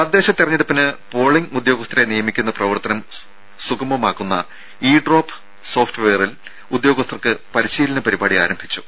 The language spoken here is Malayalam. രുര തെരഞ്ഞെടുപ്പിന് പോളിങ്ങ് ഉദ്യോഗസ്ഥരെ തദ്ദേശ നിയമിക്കുന്ന പ്രവർത്തനം സുഖമമാക്കുന്ന ഇ ഡ്രോപ് സോഫ്റ്റ് വെയറിൽ ഉദ്യോഗസ്ഥർക്ക് പരിശീലന പരിപാടി ആരംഭിച്ചു